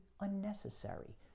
unnecessary